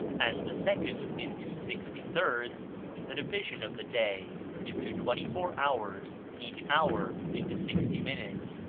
and the second into sixty thirds the division of the day into twenty four hours, each hour into sixty minutes,